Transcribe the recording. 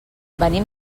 venim